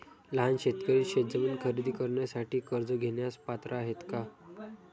लहान शेतकरी शेतजमीन खरेदी करण्यासाठी कर्ज घेण्यास पात्र आहेत का?